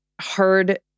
hard